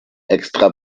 extra